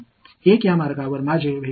எனக்கு கிடைக்கும் முதல் வெளிப்பாடு